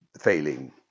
failing